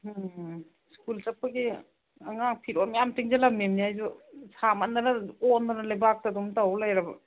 ꯎꯝ school ꯆꯠꯄꯒꯤ ꯑꯉꯥꯡ ꯐꯤꯔꯣꯟ ꯃꯌꯥꯝ ꯇꯤꯡꯁꯜꯂꯝꯃꯤꯅꯤ ꯑꯩꯁꯨ ꯁꯥꯃꯟꯗꯅ ꯑꯣꯏꯟꯗꯅ ꯂꯩꯕꯥꯛꯇ ꯑꯗꯨꯝ ꯇꯧ ꯂꯩꯔ